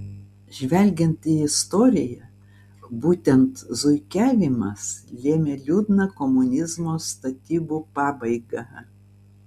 žvelgiant į istoriją būtent zuikiavimas lėmė liūdną komunizmo statybų pabaigą